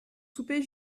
soupé